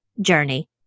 journey